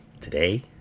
Today